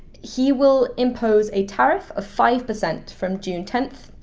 he will impose a tariff of five percent from june ten.